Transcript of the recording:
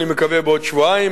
אני מקווה שבעוד שבועיים,